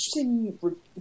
interesting